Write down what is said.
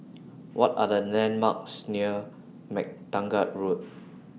What Are The landmarks near MacTaggart Road